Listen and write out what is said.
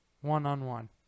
one-on-one